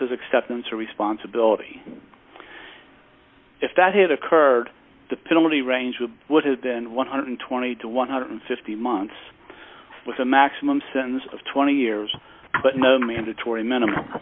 his acceptance or responsibility if that had occurred the penalty range which would have been one hundred and twenty to one hundred and fifty months with a maximum sentence of twenty years but no mandatory minimum